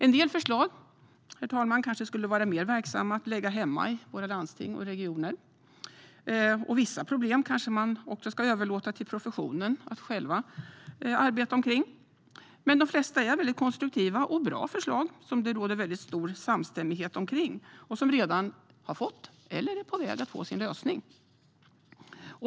En del förslag, herr talman, kanske skulle vara mer verksamma att lägga hemma i landstinget eller i regionen. Vissa problem kanske man ska överlåta till professionen att själv arbeta med. Men de flesta är konstruktiva och bra förslag som det råder väldigt stor samstämmighet om och som redan har fått, eller är på väg att få, sin lösning.